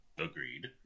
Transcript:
Agreed